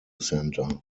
center